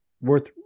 worth